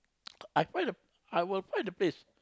I find the I will find the place